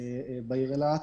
בעיר אילת